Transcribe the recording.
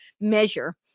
measure